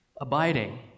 Abiding